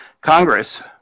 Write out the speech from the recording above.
Congress